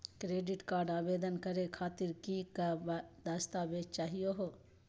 Credit card आवेदन करे खातीर कि क दस्तावेज चाहीयो हो?